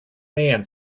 man